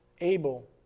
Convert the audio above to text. able